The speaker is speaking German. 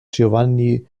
giovanni